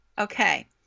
Okay